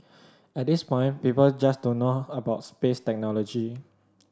at this point people just don't know about space technology